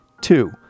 Two